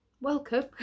welcome